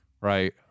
Right